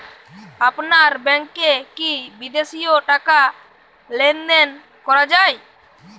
আপনার ব্যাংকে কী বিদেশিও টাকা লেনদেন করা যায়?